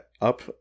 up